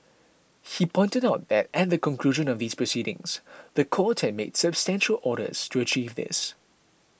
he pointed out that at the conclusion of these proceedings the court had made substantial orders to achieve this